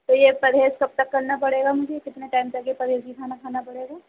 تو یہ پرہیز کب تک کرنا پڑے گا مجھے کتنے ٹائم تک یہ پرہیزی کھانا کھانا پڑے گا